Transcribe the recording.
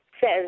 says